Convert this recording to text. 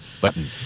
button